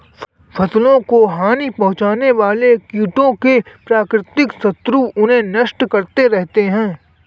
फसलों को हानि पहुँचाने वाले कीटों के प्राकृतिक शत्रु उन्हें नष्ट करते रहते हैं